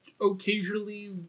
occasionally